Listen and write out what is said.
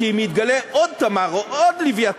כי אם יתגלה עוד "תמר" או עוד "לווייתן",